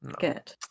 good